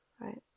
right